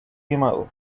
quemado